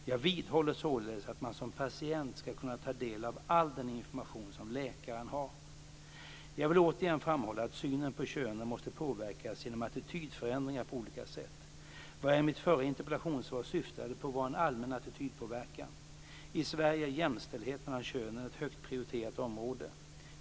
Jag vidhåller således att man som patient ska kunna ta del av all den information som läkaren har. Jag vill återigen framhålla att synen på könen måste påverkas genom attitydförändringar på olika sätt. Vad jag i mitt förra interpellationssvar syftade på var en allmän attitydpåverkan. I Sverige är jämställdhet mellan könen ett högt prioriterat område.